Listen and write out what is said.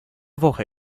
woche